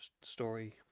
story